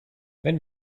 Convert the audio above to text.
wenn